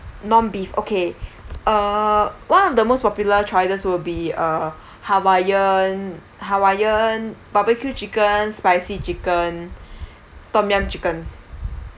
non beef okay uh one of the most popular choices will be uh hawaiian hawaiian barbecue chicken spicy chicken tom-yum chicken